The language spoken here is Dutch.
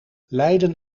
leiden